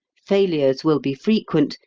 failures will be frequent,